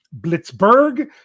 Blitzberg